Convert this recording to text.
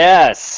Yes